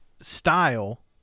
style